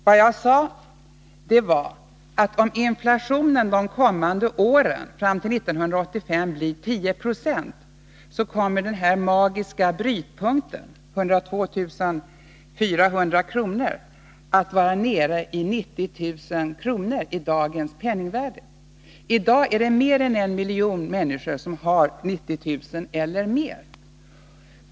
Vad jag sade var att om inflationen de kommande åren, fram till 1985, blir 10 26, så kommer den magiska brytpunkten, 102 400 kr., att vara nere vid 90 000 kr. i dagens penningvärde. I dag är det mer än en miljon människor som har 90 000 kr. eller mer i beskattningsbar inkomst.